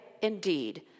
indeed